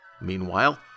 Meanwhile